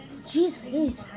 jesus